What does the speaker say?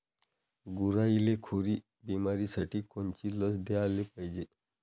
गुरांइले खुरी बिमारीसाठी कोनची लस द्याले पायजे?